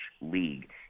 league